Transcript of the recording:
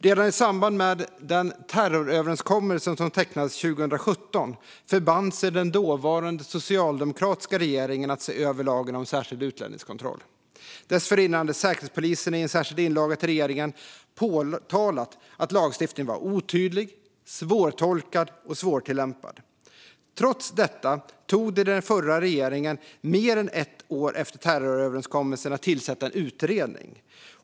Redan i samband med den terroröverenskommelse som tecknades 2017 förband sig den dåvarande socialdemokratiska regeringen att se över lagen om särskild utlänningskontroll. Dessförinnan hade Säkerhetspolisen i en särskild inlaga till regeringen påtalat att lagstiftningen var otydlig, svårtolkad och svårtillämpad. Trots detta tog det den förra regeringen mer än ett år efter terroröverenskommelsen att tillsätta en utredning.